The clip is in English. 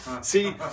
See